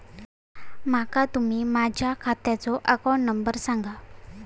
माका तुम्ही माझ्या खात्याचो अकाउंट नंबर सांगा?